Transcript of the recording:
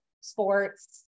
sports